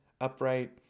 upright